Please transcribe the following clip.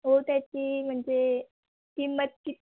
हो त्याची म्हणजे किंमत किती